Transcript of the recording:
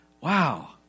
Wow